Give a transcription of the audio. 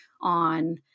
on